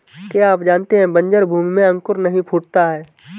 क्या आप जानते है बन्जर भूमि में अंकुर नहीं फूटता है?